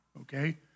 okay